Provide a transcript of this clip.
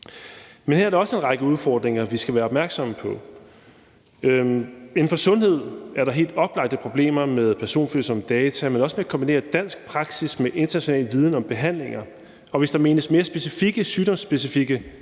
Men her er der også en række udfordringer, vi skal være opmærksomme på. Inden for sundhed er der helt oplagte problemer med personfølsomme data, men også med at kombinere dansk praksis med international viden om behandlinger, og hvis der menes mere sygdomsspecifikke